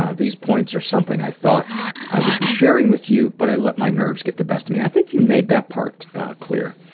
ah these points are something i thought i would be sharing with you, but i let my nerves get the best of me. i think you made that part clear.